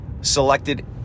selected